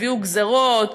הביאו גזירות,